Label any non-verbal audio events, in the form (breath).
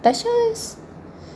tasha is (breath)